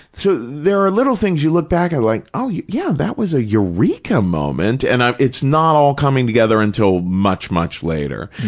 so there are little things you look back at like, oh, yeah, that was a eureka moment and it's not all coming together until much, much later.